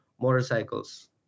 motorcycles